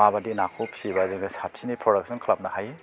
माबादि नाखौ फिसियोबा जोङो साबसिनै प्रदाक्स'न खालामनो हायो